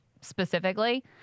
specifically